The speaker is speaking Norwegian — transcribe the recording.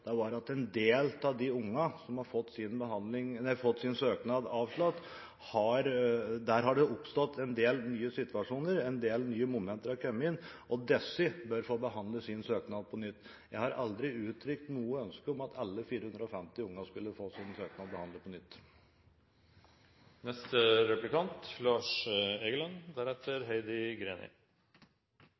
det var – at for en del av de barna som har fått sin søknad avslått, har det oppstått en del nye situasjoner – en del nye momenter er kommet inn – og disse bør få behandlet sin søknad på nytt. Jeg har aldri uttrykt noe ønske om at alle 450 barna skulle få sin søknad behandlet på nytt.